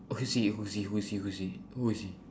he who's he who's he who's he who is he